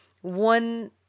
one